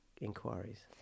inquiries